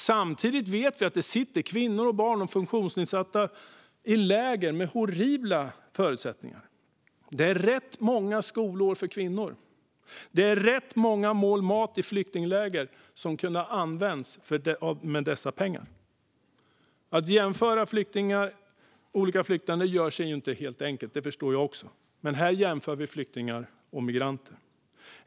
Samtidigt vet vi att det sitter kvinnor, barn och funktionsnedsatta i läger med horribla förutsättningar. Det är rätt många skolår för kvinnor och rätt många mål mat i flyktingläger som dessa pengar kunde ha använts till. Att jämföra olika flyktingar gör sig inte enkelt, det förstår jag också. Men här jämför vi flyktingar och migranter.